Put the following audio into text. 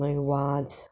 न्हय वाज